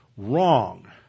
wrong